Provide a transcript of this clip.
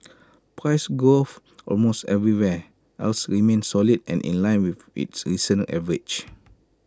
price growth almost everywhere else remained solid and in line with its recent average